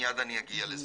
מיד אני אגיע לזה,